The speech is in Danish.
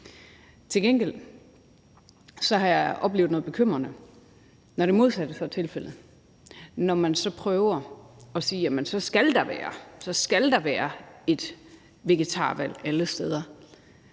Til gengæld har jeg oplevet noget bekymrende, når det modsatte så er tilfældet. Når man prøver at sige, at så skal der være et vegetarvalg alle steder,